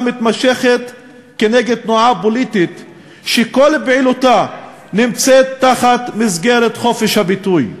מתמשכת כנגד תנועה פוליטית שכל פעילותה נמצאת תחת מסגרת חופש הביטוי.